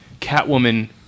Catwoman